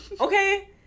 Okay